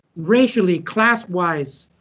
racially, class-wise,